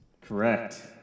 Correct